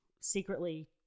secretly